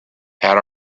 had